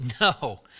no